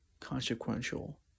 consequential